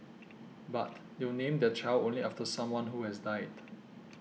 but you name their child only after someone who has died